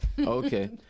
Okay